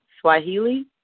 Swahili